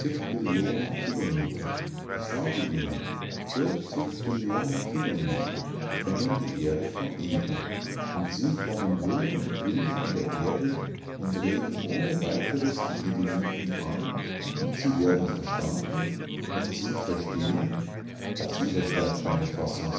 billionen kilometer ich sage ihnen vierzig billionen kilometer trennen die erde von eden und sie kommen jung und grün von der erde und reden ohne weiteres die edeniten an und sie werden verstanden und sie verstehen das übersteigt meine